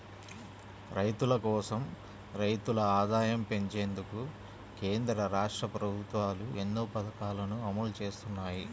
రైతుల కోసం, రైతుల ఆదాయం పెంచేందుకు కేంద్ర, రాష్ట్ర ప్రభుత్వాలు ఎన్నో పథకాలను అమలు చేస్తున్నాయి